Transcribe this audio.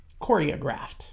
Choreographed